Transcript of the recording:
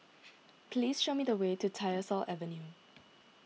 please show me the way to Tyersall Avenue